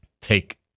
take